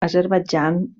azerbaidjan